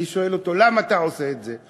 אני שואל אותו: למה אתה עושה את זה?